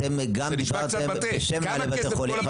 אתם באתם גם בשם מנהלי בתי החולים.